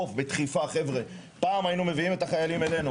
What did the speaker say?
פעם היינו מביאים את החיילים אלינו.